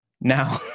Now